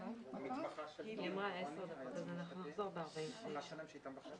(הישיבה נפסקה בשעה 10:40 ונתחדשה בשעה 10:50.